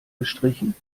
gestrichen